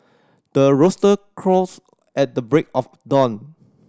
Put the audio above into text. the rooster crows at the break of dawn